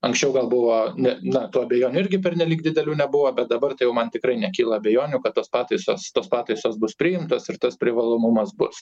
anksčiau gal buvo ne na tų abejonių irgi pernelyg didelių nebuvo bet dabar tai jau man tikrai nekyla abejonių kad tos pataisos tos pataisos bus priimtos ir tas privalomumas bus